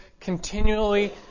continually